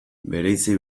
bereizi